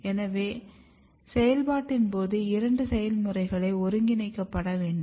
எனவே செயல்பாட்டின் போது இரண்டு செயல்முறைகளும் ஒருங்கிணைக்கப்பட வேண்டும்